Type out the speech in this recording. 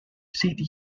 city